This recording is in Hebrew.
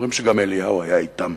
אומרים שגם אליהו היה אתם,